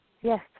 Yes